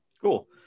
Cool